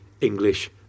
English